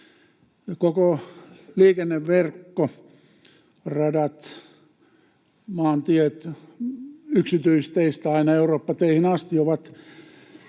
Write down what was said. Koko liikenneverkko — radat, maantiet yksityisteistä aina Eurooppa-teihin asti —